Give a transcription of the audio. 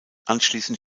anschliessend